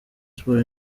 sports